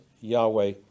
Yahweh